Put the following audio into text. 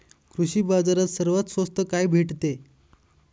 कृषी बाजारात सर्वात स्वस्त काय भेटते?